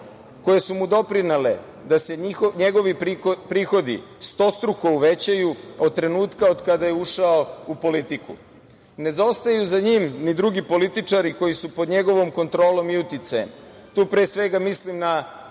koje su mu doprinele da se njegovi prihodi stostruko uvećaju od trenutka od kada je ušao u politiku. Ne zaostaju za njim ni drugi političari koji su pod njegovom kontrolom i uticajem. Tu pre svega mislim na